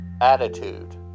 attitude